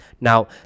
Now